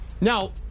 Now